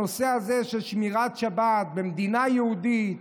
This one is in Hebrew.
הנושא הזה של שמירת השבת במדינה היהודית,